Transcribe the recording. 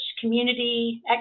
community